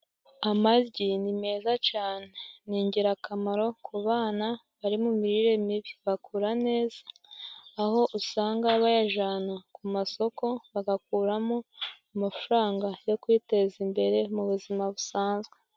Amaryi ni meza cyane. Ni ingirakamaro ku bana bari mu mirire mibi. Bakura neza, aho usanga bayajana ku masoko bagakuramo amafaranga yo kwiteza imbere mu buzima busanzwe.